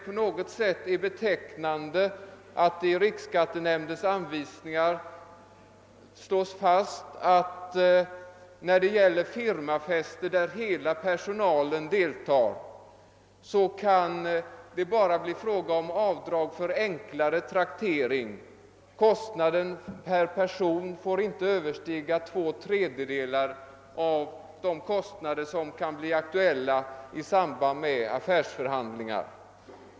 På något sätt är det betecknande, tycker jag, att det i riksskattenämndens anvisningar slås fast att när det gäller firmafester där hela personalen deltar kan det bara bli fråga om avdrag för enklare traktering. Kostnaden per person får inte överstiga två tredjedelar av de kostnader som kan bli aktuella i samband med affärsförhandlingar.